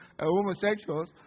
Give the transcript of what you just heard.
homosexuals